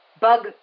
Bug